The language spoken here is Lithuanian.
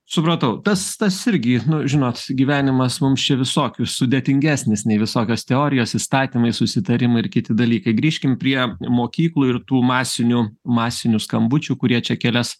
supratau tas tas irgi nu žinot gyvenimas mums čia visokių sudėtingesnis nei visokios teorijos įstatymai susitarimai ir kiti dalykai grįžkim prie mokyklų ir tų masinių masinių skambučių kurie čia kelias